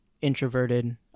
introverted